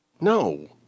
No